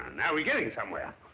now we're getting somewhere.